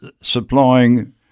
supplying